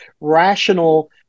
rational